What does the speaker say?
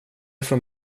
från